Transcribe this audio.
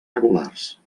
regulars